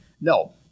No